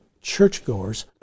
churchgoers